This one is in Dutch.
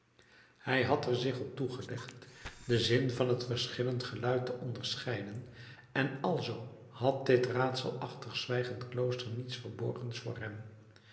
hij had er zich op toegelegd den zin van het verschillend gelui te onderscheiden en alzoo had dit raadselachtig zwijgend klooster niets verborgens voor hem